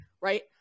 right